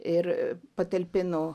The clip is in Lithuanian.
ir patalpino